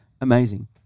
Amazing